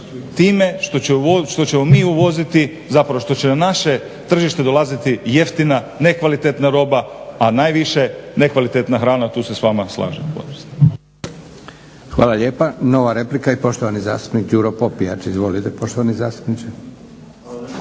time što ćemo mi uvoziti, zapravo što će na naše tržište dolaziti jeftina, nekvalitetna roba, a najviše nekvalitetna hrana, tu se s vama slažem. **Leko, Josip (SDP)** Hvala lijepa. Nova replika i poštovani zastupnik Đuro Popijač. Izvolite poštovani zastupniče.